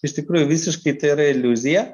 iš tikrųjų visiškai tai yra iliuzija